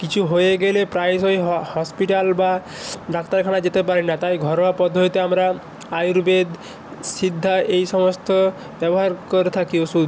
কিছু হয়ে গেলে প্রায়শই হসপিটাল বা ডাক্তারখানায় যেতে পারি না তাই ঘরোয়া পদ্ধতিতে আমরা আয়ুর্বেদ সিদ্ধ এই সমস্ত ব্যবহার করে থাকি ওষুধ